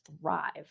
thrive